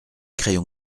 crayons